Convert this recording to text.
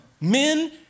men